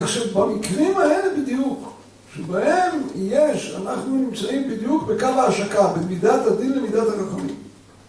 עכשיו במקרים האלה בדיוק, שבהם יש, אנחנו נמצאים בדיוק בקו ההשקה, במידת הדין למידת החכמים